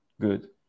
good